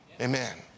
Amen